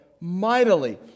mightily